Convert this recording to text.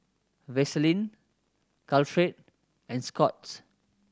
Vaselin Caltrate and Scott's